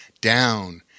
down